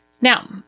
Now